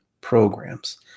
programs